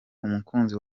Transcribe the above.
umukunzi